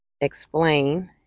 explain